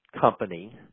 company